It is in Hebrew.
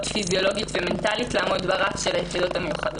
פיזיולוגית ומנטלית לעמוד ברף של היחידות המיוחדות.